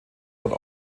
auch